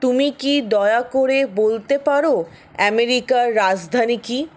তুমি কি দয়া করে বলতে পারো অ্যামেরিকার রাজধানী কী